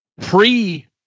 pre